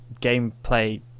gameplay